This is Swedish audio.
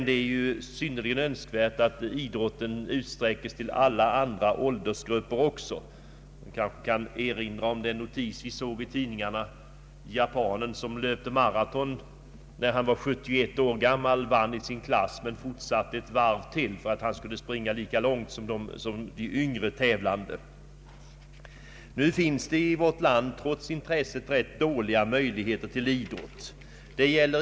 Det är emellertid synnerligen önskvärt att idrottsutövandet utsträckes till alla åldersgrupper. Jag vill erinra om det referat vi nyligen kunde läsa i tidningarna om japanen som löpte maraton vid 71 års ålder. Han vann i sin åldersklass men fortsaite ytterligare ett varv för att springa lika långt som de yngre tävlande. Det finns i vårt land trots intresset ganska dåliga möjligheter till idrott.